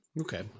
Okay